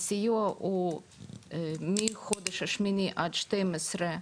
הסיוע הוא מחודש שמיני עד 12,